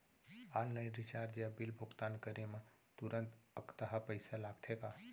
Online recharge या bill भुगतान करे मा तुरंत अक्तहा पइसा लागथे का?